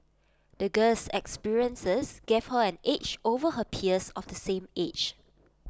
the girl's experiences gave her an edge over her peers of the same age